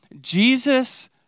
Jesus